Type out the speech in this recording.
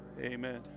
Amen